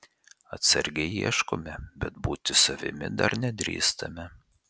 atsargiai ieškome bet būti savimi dar nedrįstame